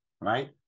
right